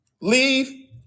Leave